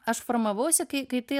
aš formavausi kai kai tai